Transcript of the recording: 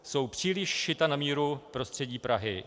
Jsou příliš šita na míru prostředí Prahy.